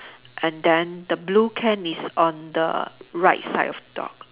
and then the blue can is on the right side of the dog